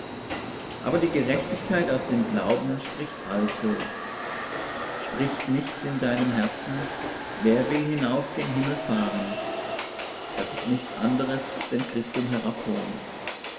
aber die gerechtigkeit aus dem glauben spricht also sprich nicht in deinem herzen wer will hinauf gen himmel fahren das ist nichts anderes denn